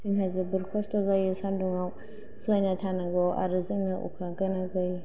जोंहा जोबोर कस्त जायो सानदुंआव सहायनानै थानांगौ आरो जोंनो अखा गोनां जायो